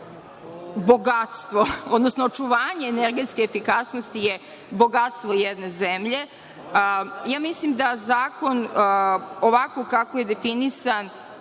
bogatstvo, odnosno očuvanje energetske efikasnosti je bogatstvo jedne zemlje. Mislim da zakon, ovako kako je definisan,